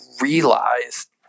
realized